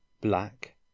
black